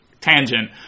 tangent